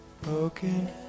broken